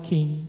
King